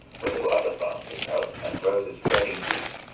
where there were other plants in tubs, and rows of spreading trees,